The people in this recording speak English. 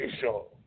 show